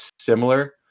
similar